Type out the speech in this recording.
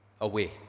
away